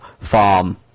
farm